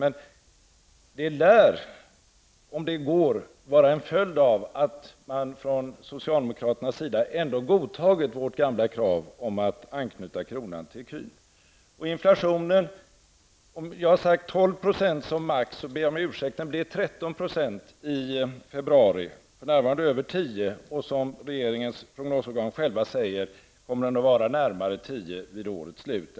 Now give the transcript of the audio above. Men det lär, om det går, vara en följd av att man från socialdemokraternas sida godtagit vårt gamla krav att knyta kronan till ecun. Om inflationen har jag sagt 12 % som max. Jag ber om ursäkt, den blev 13 % i februari. För närvarande är det över 10 %, och enligt regeringens prognosorgan kommer den att vara drygt 9 % vid årets slut.